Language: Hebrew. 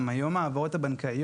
הראשונה היא היעדר מסגרת